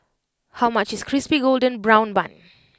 how much is Crispy Golden Brown Bun